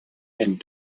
and